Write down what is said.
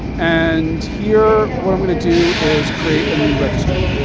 and here, what i'm gonna do is create a new registry.